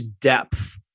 depth